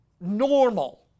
normal